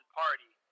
party